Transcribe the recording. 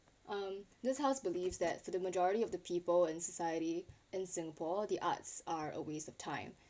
um this house believes that the majority of the people in society and singapore the arts are a waste of time